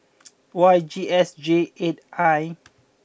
Y G S J eight I